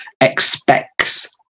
expects